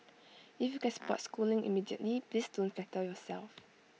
if you can spot schooling immediately please don't flatter yourself